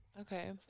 Okay